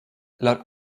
laut